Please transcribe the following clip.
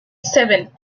seven